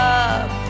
up